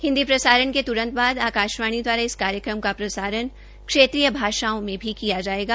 हिन्दी प्रसारण के त्रंत बाद आकाशवाणी दवारा इस कार्यक्रम का प्रसारण क्षेत्रीय भाषाओं में किया जायेगा